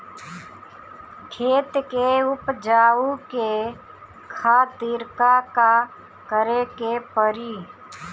खेत के उपजाऊ के खातीर का का करेके परी?